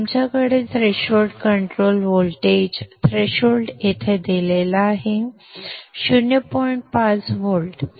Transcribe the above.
आमच्याकडे threshold control voltage threshold येथे दिलेला आहे 0